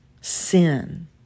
sin